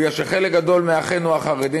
כי חלק גדול מאחינו החרדים,